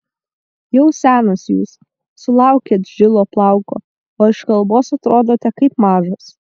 jau senas jūs sulaukėt žilo plauko o iš kalbos atrodote kaip mažas